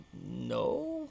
No